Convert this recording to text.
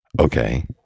okay